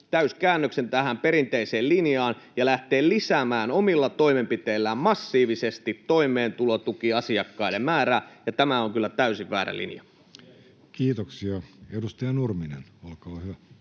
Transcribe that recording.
täyskäännöksen tähän perinteiseen linjaan ja lähtee lisäämään omilla toimenpiteillään massiivisesti toimeentulotukiasiakkaiden määrää, ja tämä on kyllä täysin väärä linja. [Speech 189] Speaker: Jussi Halla-aho